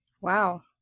Wow